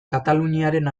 kataluniaren